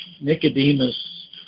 Nicodemus